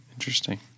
Interesting